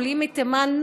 עולים מתימן,